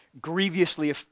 grievously